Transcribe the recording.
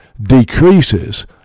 decreases